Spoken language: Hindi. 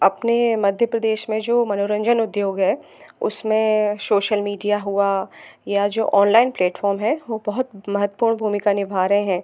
अपने मध्य प्रदेश में जो मनोरंजन उद्योग हैं उसमें सोशल मीडिया हुआ या जो ऑनलाइन प्लेटफ़ॉर्म हैं वह बहुत महत्वपूर्ण भूमिका निभा रहे हैं